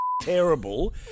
terrible